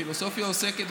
פילוסופיה עוסקת